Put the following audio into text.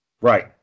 Right